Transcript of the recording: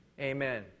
Amen